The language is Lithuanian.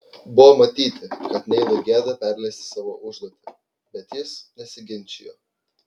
buvo matyti kad neilui gėda perleisti savo užduotį bet jis nesiginčijo